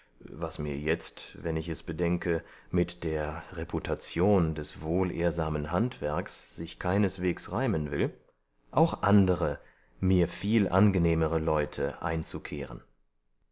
was mir jetzt wenn ich es bedenke mit der reputation des wohlehrsamen handwerks sich keineswegs reimen will auch andere mir viel angenehmere leute einzukehren